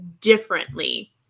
differently